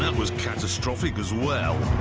and was catastrophic as well.